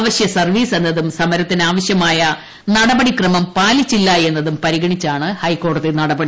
അവശ്യ സർവ്വീസ് എന്നതും സമരത്തിന് ആവശ്യമായ നടപടിക്രമം പാലിച്ചില്ല എന്നതും പരിഗണിച്ചാണ് ഹൈക്കോടതിയുടെ നടപടി